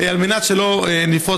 על מנת שלא נפרוץ,